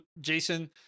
Jason